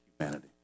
humanity